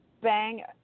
bang